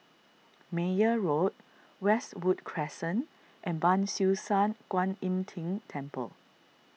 Meyer Road Westwood Crescent and Ban Siew San Kuan Im Tng Temple